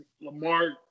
Lamar